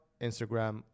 instagram